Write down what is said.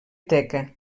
teca